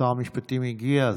שר המשפטים הגיע.